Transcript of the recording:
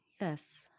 Yes